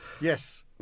Yes